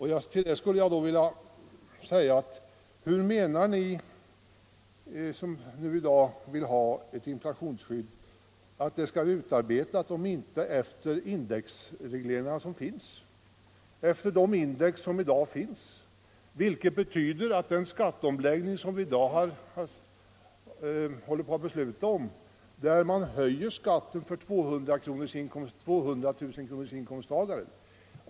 Hur menar ni som önskar ett inflationsskydd att det skall utarbetas om inte indexregleringarna som finns i dag skall följas? I den skatteomläggning vi i dag håller på att besluta om höjs skatten för en person med en inkomst på 200 000 kronor.